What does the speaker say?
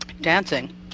dancing